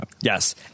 Yes